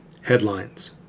Headlines